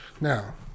Now